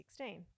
2016